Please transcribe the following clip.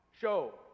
show